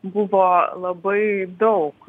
buvo labai daug